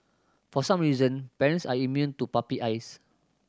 for some reason parents are immune to puppy eyes